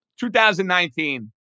2019